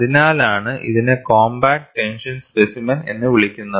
അതിനാലാണ് ഇതിനെ compact tension specimen എന്ന് വിളിക്കുന്നത്